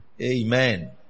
Amen